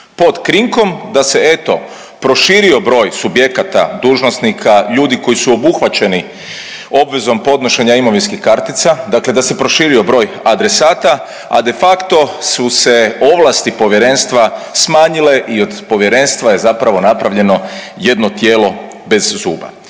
pod krinkom da se eto proširio broj subjekata, dužnosnika, ljudi koji su obuhvaćeni obvezom podnošenja imovinskih kartica, dakle da se proširio broj adresata, a de facto su se ovlasti povjerenstva smanjile i od povjerenstva je zapravo napravljeno jedno tijelo bez zuba.